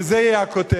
וזו תהיה הכותרת.